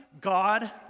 God